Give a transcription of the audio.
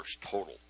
total